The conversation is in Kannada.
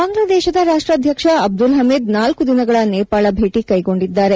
ಬಾಂಗ್ಲಾದೇಶದ ರಾಷ್ರಾಧ್ಯಕ್ಷ ಅಬ್ದುಲ್ ಹಮೀದ್ ನಾಲ್ಕು ದಿನಗಳ ನೇಪಾಳ ಭೇಟಿ ಕೈಗೊಂಡಿದ್ದಾರೆ